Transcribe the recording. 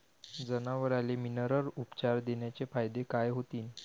जनावराले मिनरल उपचार देण्याचे फायदे काय होतीन?